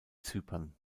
zypern